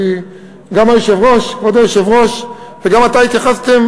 כי גם כבוד היושב-ראש וגם אתה התייחסתם